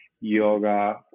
yoga